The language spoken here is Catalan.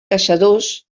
caçadors